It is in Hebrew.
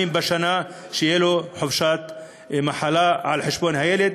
בשנה שתהיה לו חופשת מחלה עבור הילד.